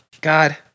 God